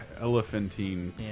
elephantine